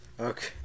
Okay